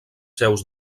seus